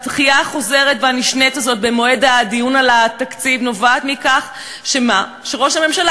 הדחייה החוזרת ונשנית של מועד הדיון על התקציב נובעת מכך שראש הממשלה